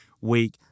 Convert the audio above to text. week